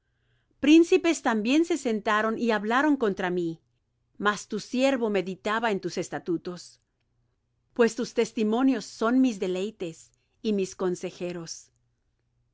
príncipes también se sentaron y hablaron contra mí mas tu siervo meditaba en tus estatutos pues tus testimonios son mis deleites y mis consejeros